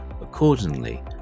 Accordingly